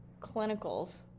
clinicals